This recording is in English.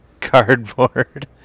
cardboard